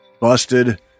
Busted